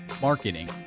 marketing